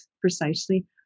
precisely